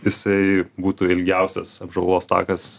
jisai būtų ilgiausias apžvalgos takas